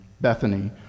Bethany